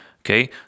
Okay